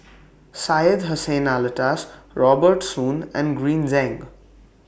Syed Hussein Alatas Robert Soon and Green Zeng